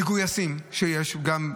יש גם מגויסים,